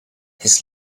his